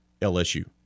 LSU